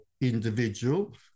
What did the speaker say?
individual